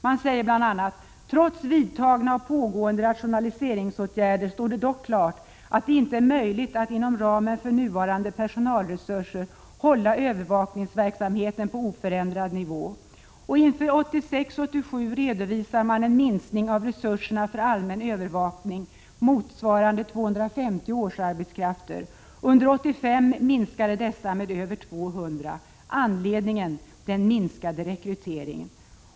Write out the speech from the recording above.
Man säger bl.a.: ”Trots vidtagna och pågående rationaliseringsåtgärder står det dock klart att det inte är möjligt att inom ramen för nuvarande personalresurser hålla övervakningsverksamheten på oförändrad nivå.” Inför budgetåret 1986/87 redovisar polismyndigheterna en minskning av resurserna för allmän övervakning motsvarande 250 årsarbetskrafter. Under 1985 minskade dessa med över 200. Anledningen till detta uppges vara den minskade rekryteringen.